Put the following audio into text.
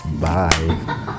Bye